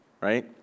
right